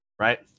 Right